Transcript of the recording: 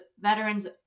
veterans